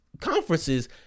conferences